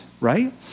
right